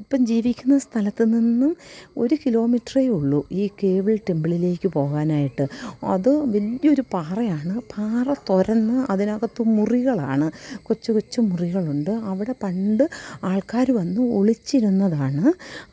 ഇപ്പം ജീവിക്കുന്ന സ്ഥലത്തുനിന്നും ഒരു കിലോമീറ്ററെ ഉള്ളൂ ഈ കേവിള് ടെമ്പിളിലേക്ക് പോവാനായിട്ട് അത് വലിയൊരു പാറയാണ് പാറ തുരന്ന് അതിനകത്ത് മുറികളാണ് കൊച്ചു കൊച്ചു മുറികളുണ്ട് അവിടെ പണ്ട് ആള്ക്കാർ വന്ന് ഒളിച്ചിരുന്നതാണ്